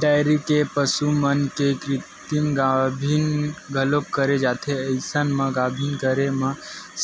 dairy के पसु मन के कृतिम गाभिन घलोक करे जाथे अइसन म गाभिन करे म